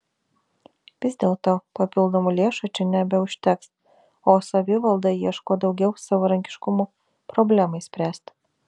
vis dėlto papildomų lėšų čia nebeužteks o savivalda ieško daugiau savarankiškumo problemai spręsti